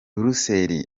buruseli